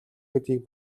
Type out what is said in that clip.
гэдгийг